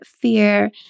fear